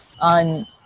on